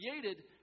created